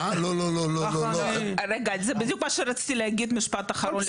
זה בדיוק מה שאני רציתי להגיד משפט אחרון.